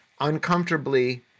uncomfortably